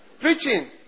preaching